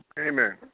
Amen